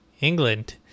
england